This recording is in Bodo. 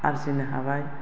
आरजिनो हाबाय